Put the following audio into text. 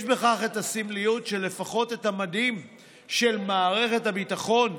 יש בכך את הסמליות שלפחות את המדים של מערכת הביטחון,